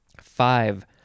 Five